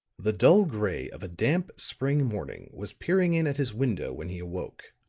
the dull gray of a damp spring morning was peering in at his window when he awoke.